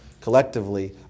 collectively